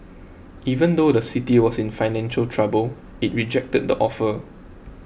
even though the city was in financial trouble it rejected the offer